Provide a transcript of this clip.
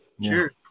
sure